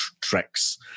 tricks